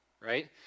right